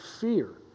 fear